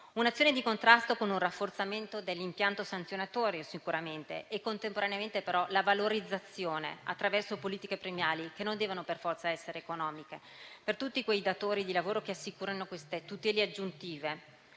un'azione di contrasto con un rafforzamento dell'impianto sanzionatorio, ma contemporaneamente valorizzare, attraverso politiche premiali che non devono per forza essere economiche, tutti quei datori di lavoro che assicurano queste tutele aggiuntive